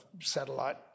satellite